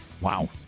Wow